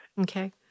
Okay